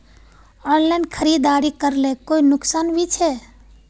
Online खरीदारी करले कोई नुकसान भी छे?